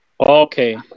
Okay